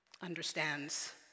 understands